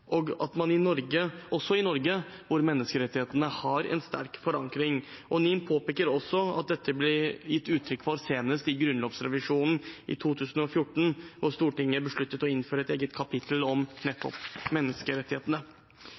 også i Norge, der menneskerettighetene har sterk forankring. NIM påpeker også at dette senest ble gitt uttrykk for i revisjonen av Grunnloven, da Stortinget besluttet å innføre et eget kapittel om nettopp menneskerettighetene.